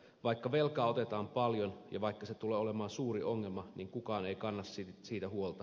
vaikka velkaa otetaan paljon ja vaikka se tulee olemaan suuri ongelma niin kukaan ei kanna siitä huolta